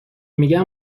میگم